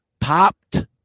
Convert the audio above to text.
Popped